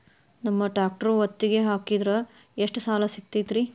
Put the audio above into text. ನಮ್ಮ ಟ್ರ್ಯಾಕ್ಟರ್ ಒತ್ತಿಗೆ ಹಾಕಿದ್ರ ಎಷ್ಟ ಸಾಲ ಸಿಗತೈತ್ರಿ?